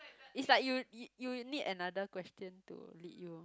is like you y~ you need another question to lead you